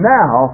now